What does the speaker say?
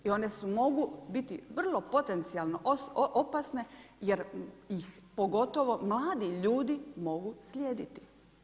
I one mogu biti vrlo potencijalno opasne jer ih pogotovo mladi ljudi mogu slijediti.